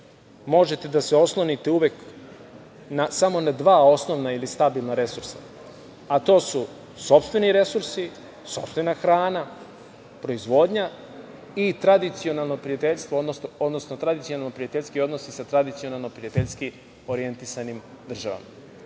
možete da se oslonite uvek samo na dva osnovna ili stabilna resursa, a to su sopstveni resursi, sopstvena hrana, proizvodnja i tradicionalno prijateljstvo, odnosno tradicionalno prijateljski odnosi sa tradicionalno prijateljski orijentisanim državama. Nismo